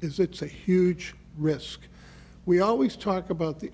is it's a huge risk we always talk about the